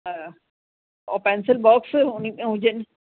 हा हो pencil box उन्ही में हुजनि